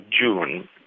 June